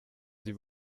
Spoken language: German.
sie